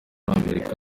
amerika